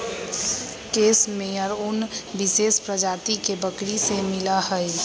case मेयर उन विशेष प्रजाति के बकरी से मिला हई